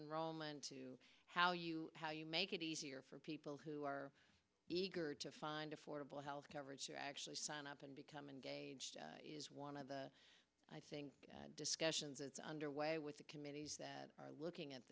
enrollment to how you how you make it easier for people who are eager to find affordable health coverage to actually sign up and become engaged is one of the i think discussions that's underway with the committees that are looking at